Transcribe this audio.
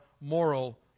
moral